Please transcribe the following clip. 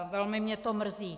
Velmi mě to mrzí.